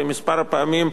ומספר הפעמים,